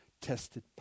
tested